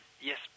Yes